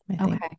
Okay